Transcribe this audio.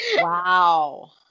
Wow